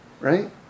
right